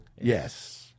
Yes